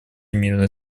мирной